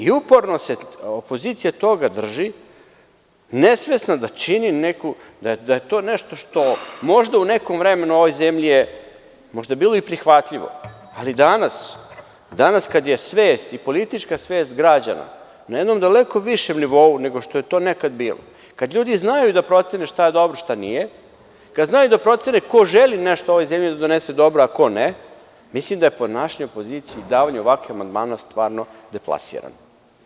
Uporno se opozicija toga drži, nesvesna da je to nešto što možda u nekom vremenu u ovoj zemlji je možda bilo i prihvatljivo, ali danas, danas kad je svest i politička svest građana na jednom daleko višem nivou nego što je to nekad bilo, kad ljudi znaju da procene šta je dobro, šta nije, kad znaju da procene ko želi nešto ovoj zemlji da donese dobro, a ko ne, mislim da je po našoj opoziciji, dali ovakve amandmane, stvarno deklasirano.